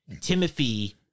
Timothy